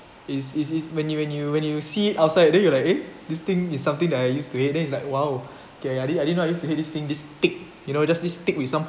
is is is when you when you when you see it outside then you like eh this thing is something that I used to it then it's like !wow! okay I didn't I didn't I used to hate this thing this thick you know just this thick with some